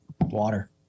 water